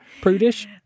Prudish